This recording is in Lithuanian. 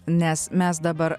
nes mes dabar